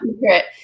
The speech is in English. secret